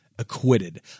acquitted